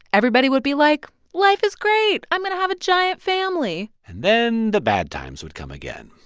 everybody would be like, life is great. i'm going to have a giant family and then the bad times would come again.